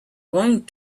going